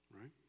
right